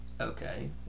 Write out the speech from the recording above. okay